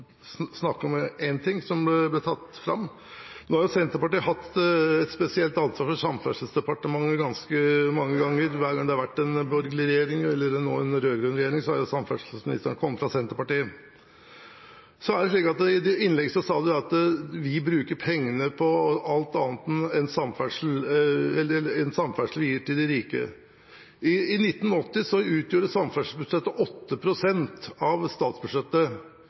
om én ting som ble trukket fram. Senterpartiet har hatt et spesielt ansvar for Samferdselsdepartementet ganske mange ganger. Hver gang det har vært en rød-grønn regjering, har samferdselsministeren kommet fra Senterpartiet. Representanten Nordlund sa i sitt innlegg at vi bruker pengene på alt annet enn samferdsel og gir til de rike. I 1980 utgjorde samferdselsbudsjettet 8 pst. av statsbudsjettet.